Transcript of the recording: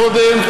קודם,